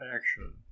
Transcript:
action